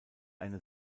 eine